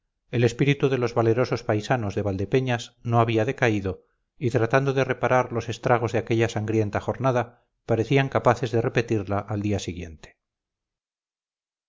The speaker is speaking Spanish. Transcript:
el espíritu de los valerosos paisanos de valdepeñas no había decaído y tratando de reparar los estragos de aquella sangrienta jornada parecían capaces de repetirla al siguiente